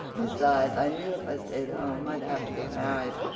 besides i knew if i stayed home i'd have to get married.